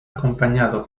acompañado